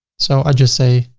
so i just say